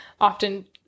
often